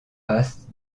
passe